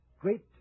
Great